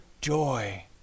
joy